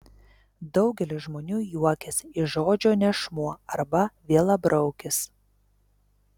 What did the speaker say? daugelis žmonių juokiasi iš žodžio nešmuo arba vielabraukis